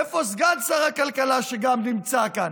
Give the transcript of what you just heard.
איפה סגן שר הכלכלה, שגם נמצא כאן.